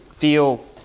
feel